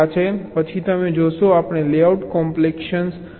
પછી તમે જોશો આપણે લેઆઉટ કોમ્પેક્શન વિશે વાત કરીશું